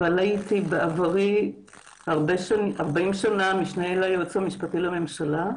אבל הייתי בעברי ארבעים שנה משנה ליועץ המשפטי לממשלה,